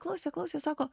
klausė klausė sako